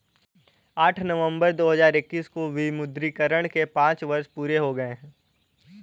आठ नवंबर दो हजार इक्कीस को विमुद्रीकरण के पांच वर्ष पूरे हो गए हैं